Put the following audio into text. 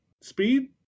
Speed